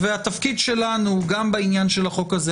תפקידנו גם בעניין החוק הזה,